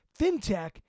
fintech